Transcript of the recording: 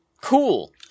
Cool